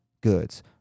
goods